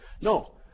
No